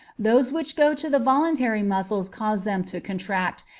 those which go to the voluntary muscles cause them to contract,